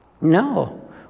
No